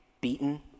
beaten